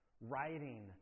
Writing